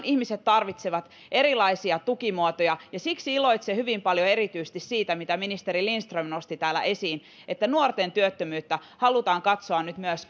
ihmiset tarvitsevat erilaisia tukimuotoja ja siksi iloitsen hyvin paljon erityisesti siitä mitä ministeri lindström nosti täällä esiin että nuorten työttömyyttä halutaan katsoa nyt myös